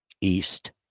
east